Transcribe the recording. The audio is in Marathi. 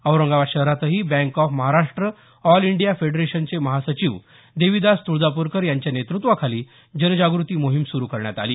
औरंगाबाद शहरातही bank of Maharashtra all India फेडरेशनचे महासचिव देविदास तुळजापूरकर यांच्या नेतृत्वाखाली जनजागृती मोहिम सुरू करण्यात आली